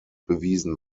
bewiesen